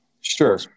Sure